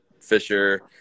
fisher